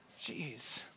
Jeez